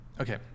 okay